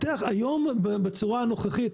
היום בצורה הנוכחית,